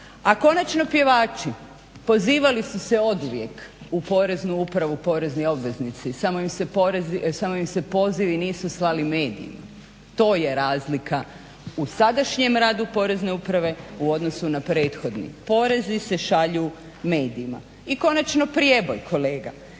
A konačno pjevači, pozivali su se oduvijek u Poreznu upravu porezni obveznici samo im se pozivi nisu slali medijima, ro je razlika u sadašnjem radu Porezne uprave u odnosu na prethodni. Porezi se šalju medijima. I konačno prijeboj, kolega,